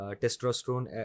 testosterone